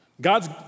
God's